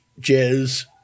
jizz